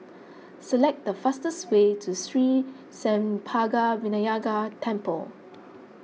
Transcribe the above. select the fastest way to Sri Senpaga Vinayagar Temple